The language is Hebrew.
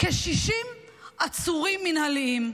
כ-60 עצורים מינהליים.